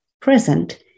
present